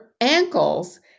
ankles